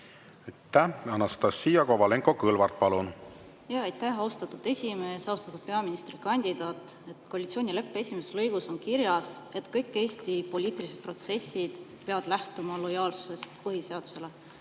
Aitäh! Anastassia Kovalenko-Kõlvart, palun! Aitäh, austatud esimees! Austatud peaministrikandidaat! Koalitsioonileppe esimeses lõigus on kirjas, et kõik Eesti poliitilised protsessid peavad lähtuma lojaalsusest põhiseadusele